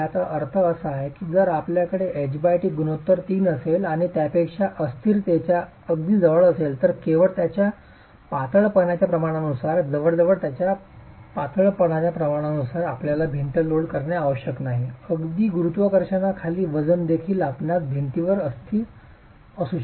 आता याचा अर्थ असा आहे की जर आपल्याकडे ht गुणोत्तर 30 असेल आणि त्यापेक्षा अस्थिरतेच्या अगदी जवळ असेल तर केवळ त्याच्या पातळपणाच्या प्रमाणानुसार आपल्याला भिंत लोड करणे आवश्यक नाही अगदी गुरुत्वाकर्षणाखाली वजन देखील आपणास भिंतीवरच अस्थिरता असू शकते